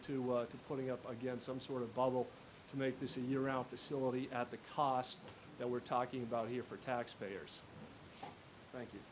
ability to putting up against some sort of volatile to make this a year round facility at the cost that we're talking about here for taxpayers thank you